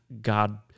God